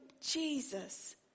Jesus